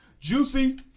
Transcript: Juicy